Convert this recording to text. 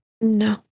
No